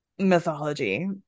mythology